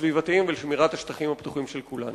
הסביבתיים ולשמירת השטחים הפתוחים של כולנו.